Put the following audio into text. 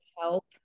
help